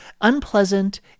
unpleasant